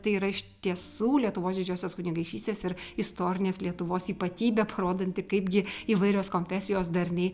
tai yra iš tiesų lietuvos didžiosios kunigaikštystės ir istorinės lietuvos ypatybė parodanti kaip gi įvairios konfesijos darniai